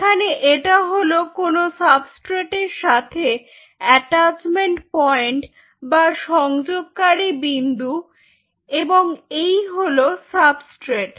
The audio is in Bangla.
এখানে এটা হল কোনো সাবস্ট্রেট এর সাথে অ্যাটাচমেন্ট পয়েন্ট বা সংযোগকারী বিন্দু এবং এই হল সাবস্ট্রেট